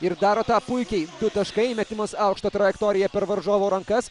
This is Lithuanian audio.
ir daro tą puikiai taškai metimas aukšta trajektorija per varžovo rankas